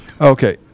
Okay